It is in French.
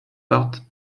partent